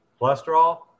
cholesterol